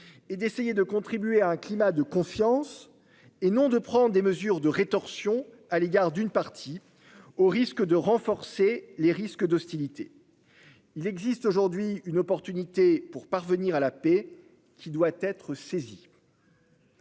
et d'essayer de contribuer à un climat de confiance, et non de prendre des mesures de rétorsion à l'égard d'une partie, au risque de renforcer les hostilités. Il existe aujourd'hui une opportunité pour parvenir à la paix, qui doit être saisie.